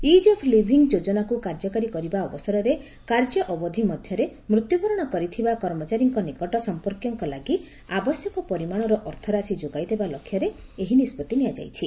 'is of living' ଯୋଜନାକୁ କାର୍ଯ୍ୟକାରୀ କରିବା ଅବସରରେ କାର୍ଯ୍ୟ ଅବଧି ମଧ୍ୟରେ ମୃତ୍ୟୁବରଣ କରିଥିବା କର୍ମଚାରୀଙ୍କ ନିକଟ ସମ୍ପର୍କୀୟଙ୍କ ଲାଗି ଆବଶ୍ୟକ ପରିମାଣର ଅର୍ଥରାଶି ଯୋଗାଇ ଦେବା ଲକ୍ଷ୍ୟରେ ଏହି ନିଷ୍ପଭି ନିଆଯାଇଛି